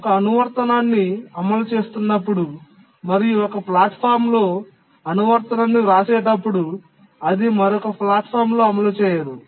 ఒక అనువర్తనాన్ని అమలు చేస్తున్నప్పుడు మరియు ఒక ప్లాట్ఫారమ్లో అనువర్తనాన్ని వ్రాసేటప్పుడు అది మరొక ప్లాట్ఫారమ్లో అమలు చేయదు